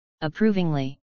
approvingly